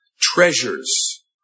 treasures